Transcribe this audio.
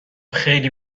خیلی